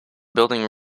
building